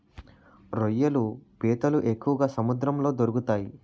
రొయ్యలు పీతలు ఎక్కువగా సముద్రంలో దొరుకుతాయి